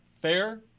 Fair